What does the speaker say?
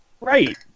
Right